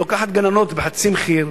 לוקחת גננות בחצי מחיר,